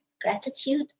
gratitude